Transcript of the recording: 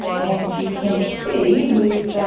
and you can see with.